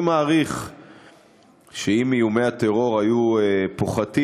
אני מעריך שאם איומי הטרור היו פוחתים,